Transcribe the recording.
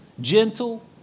gentle